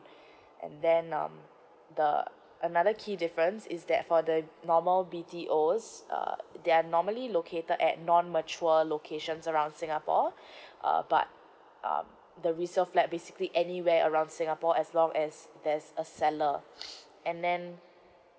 and then um the another key difference is that for the normal B T Os uh there are normally located at non mature locations around singapore uh but um the resale flat basically anywhere around singapore as long as there's a seller and then